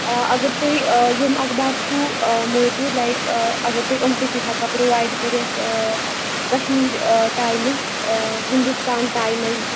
اۭں اگر تُہۍ یِم اخبار چھِو موٗجوٗد لایِک اگر تُہۍ یِم تہِ چھِو ہیٚکان پرٛوایڈ کٔرِتھ کشمیٖر ٹایمٕز ہِندوستان ٹایمٕز